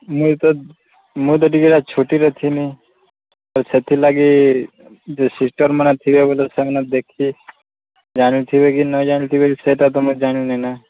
ମୁଁ ତ ମୁଁ ତ ଟିକେ ଛୁଟିରେ ଥିଲି ସେଥିଲାଗି ଯୋଉ ସିଷ୍ଟରମାନେ ଥିବେ ବୋଲେ ସେମାନେ ଦେଖି ଜାଣିଥିବେ କି ନଜାଣିଥିବେ ସେଟାତ ମୁଁ ଜାଣିନି ନା